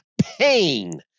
Pain